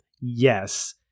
Yes